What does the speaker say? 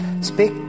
Speak